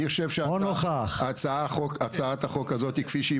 אני חושבת שהצעת החוק הזאת כפי שהיא